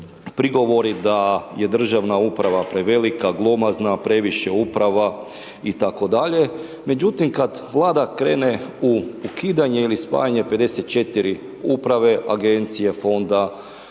prigovori da je državna uprava prevelike, glomazna, previše uprava itd. Međutim, kada vlada krene u ukidanje ili spajanje 54 uprave, agencije, fonda,